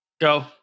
go